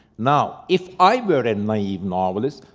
now, if i were a naive novelist,